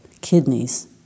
kidneys